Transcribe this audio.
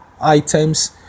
items